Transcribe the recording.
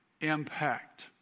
impact